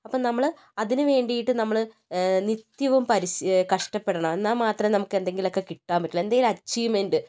അപ്പോൾ നമ്മൾ അതിന് വേണ്ടിയിട്ട് നമ്മൾ നിത്യവും പരിശീ കഷ്ടപ്പെടണം എന്നാൽ മാത്രമേ നമുക്ക് എന്തെങ്കിലുമൊക്കെ കിട്ടാൻ പറ്റൂ എന്തെങ്കിലും അച്ചീവ്മെൻറ്